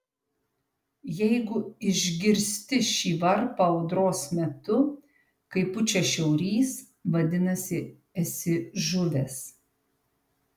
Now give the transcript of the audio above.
jeigu išgirsti šį varpą audros metu kai pučia šiaurys vadinasi esi žuvęs